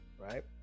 right